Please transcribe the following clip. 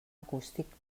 acústic